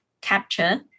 capture